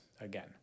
again